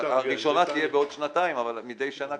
הראשונה תהיה בעוד שנתיים, אבל מדי שנה.